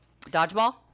Dodgeball